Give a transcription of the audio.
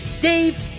Dave